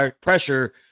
pressure